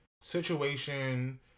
situation